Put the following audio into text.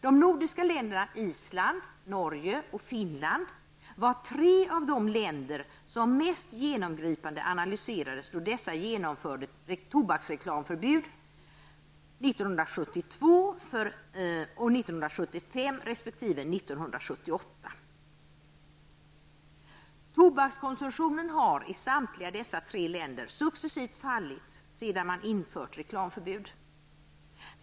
De nordiska länderna Island, Norge och Finland var tre av de länder som mest genomgripande analyserades då dessa genomförde tobaksreklamförbud 1972, 1975 resp. 1978. Tobakskonsumtionen i samtliga dessa tre länder har successivt minskat sedan man infört reklamförbud.